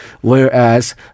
whereas